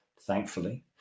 thankfully